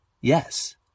Yes